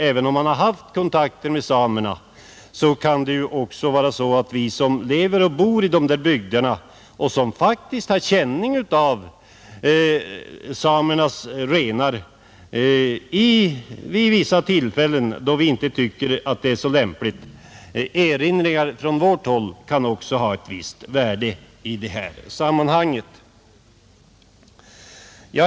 Även om han har haft kontakter med samerna kan det ju vara så att erinringar från oss som lever och bor i de här bygderna och som faktiskt har känning av samernas renar vid vissa tillfällen, då vi inte tycker det är lämpligt, också kan ha ett visst värde i sammanhanget.